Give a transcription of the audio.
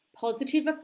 Positive